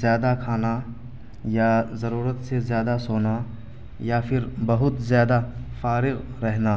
زیادہ کھانا یا ضرورت سے زیادہ سونا یا پھر بہت زیادہ فارغ رہنا